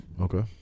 Okay